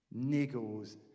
niggles